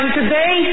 today